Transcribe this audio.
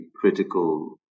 critical